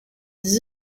this